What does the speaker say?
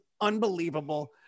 unbelievable